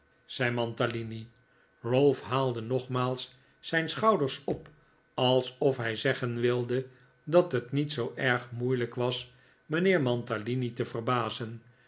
zei mantalini ralph haalde nogmaals zijn schouders op alsof hij zeggen wilde dat het niet zoo erg moeilijk was mijnheer mantalini te verbazen